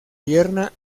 tierna